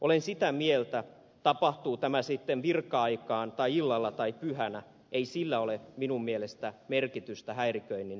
olen sitä mieltä että tapahtuu tämä sitten virka aikaan tai illalla tai pyhänä ei sillä ole minun mielestäni merkitystä häiriköinnin piinassa